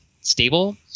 stable